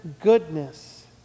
goodness